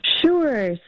Sure